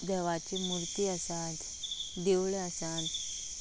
देवाची मुर्ती आसात देवळां आसात